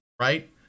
Right